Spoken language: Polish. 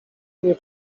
nie